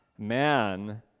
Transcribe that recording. Man